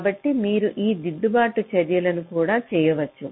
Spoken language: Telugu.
కాబట్టి మీరు ఈ దిద్దుబాటు చర్యలను కూడా చేయవచ్చు